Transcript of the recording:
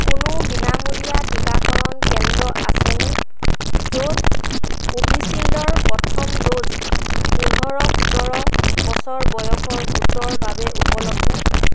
কোনো বিনামূলীয়া টিকাকৰণ কেন্দ্ৰ আছেনে য'ত কোভিশ্বিল্ডৰ প্ৰথম ড'জ পোন্ধৰ সোতৰ বছৰ বয়সৰ গোটৰ বাবে উপলব্ধ